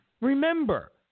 Remember